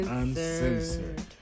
uncensored